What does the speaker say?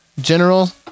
general